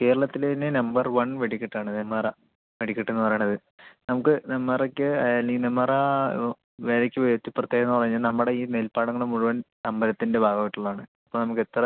കേരളത്തിലെ തന്നെ number one വെടികെട്ടാണ് നെമ്മാറ വെടിക്കെട്ട് എന്നു പറയണത് നമുക്ക് നെന്മാറയ്ക്ക് അല്ലെങ്കിൽ നെമ്മാറ വേലയ്ക്ക് പോയിട്ട് പ്രത്യേകത എന്ന് പറഞ്ഞാൽ നമ്മുടെ ഈ നെൽപ്പാടങ്ങൾ മുഴുവൻ അമ്പലത്തിൻ്റെ ഭാഗം ആയിട്ടുള്ളതാണ് അപ്പോൾ നമുക്ക് എത്ര